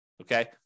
Okay